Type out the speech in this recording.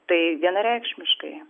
tai vienareikšmiškai